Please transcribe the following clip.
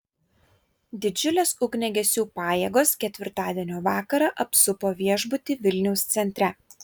didžiulės ugniagesių pajėgos ketvirtadienio vakarą apsupo viešbutį vilniaus centre